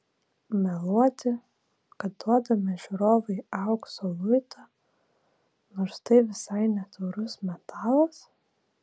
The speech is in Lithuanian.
meluoti kad duodame žiūrovui aukso luitą nors tai visai ne taurus metalas